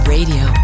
Radio